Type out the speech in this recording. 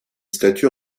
statue